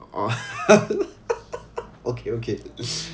orh okay okay